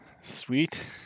Sweet